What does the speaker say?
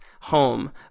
home